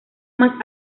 más